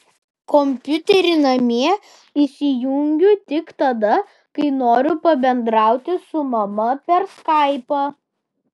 kompiuterį namie įsijungiu tik tada kai noriu pabendrauti su mama per skaipą